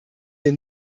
wir